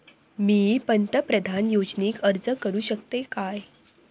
मी पंतप्रधान योजनेक अर्ज करू शकतय काय?